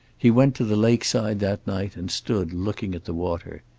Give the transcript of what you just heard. he went to the lakeside that night and stood looking at the water.